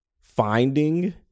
finding